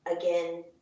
Again